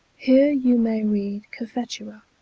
here you may read cophetua,